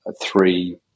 three